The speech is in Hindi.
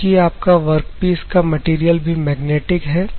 क्योंकि आपका वर्कपीस का मटेरियल भी मैग्नेटिक है